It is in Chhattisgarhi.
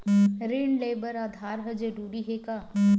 ऋण ले बर आधार ह जरूरी हे का?